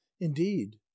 Indeed